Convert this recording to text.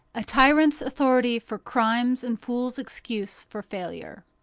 a tyrant's authority for crime and fool's excuse for failure.